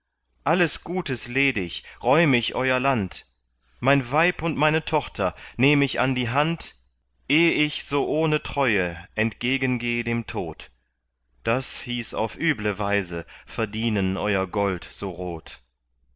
alles gutes ledig räum ich euer land mein weib und meine tochter nehm ich an die hand eh ich so ohne treue entgegen geh dem tod das hieß auf üble weise verdienen euer gold so rot